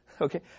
Okay